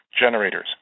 Generators